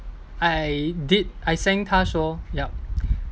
I did I sang 他说 yup